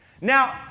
Now